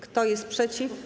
Kto jest przeciw?